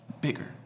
bigger